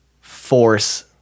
force